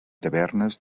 tavernes